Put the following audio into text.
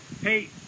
Hey